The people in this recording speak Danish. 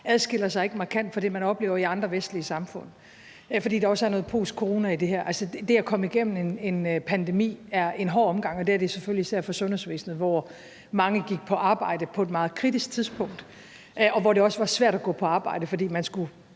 adskiller sig markant fra det, man oplever i andre vestlige samfund, fordi der også er noget postcorona i det her. Det at komme igennem en pandemi er en hård omgang, og det er det selvfølgelig især for sundhedsvæsenet, hvor mange gik på arbejde på et meget kritisk tidspunkt, og hvor det også var svært at gå på arbejde, fordi man både